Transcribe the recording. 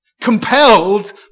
compelled